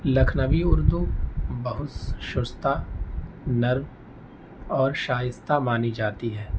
لکھنوی اردو بہت شستہ نرم اور شائستہ مانی جاتی ہے